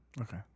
Okay